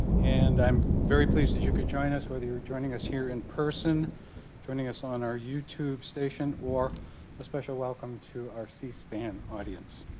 and i'm very pleased as you could join us whether you're joining us here in person joining us on our youtube station or a special welcome to our c-span audience.